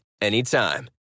anytime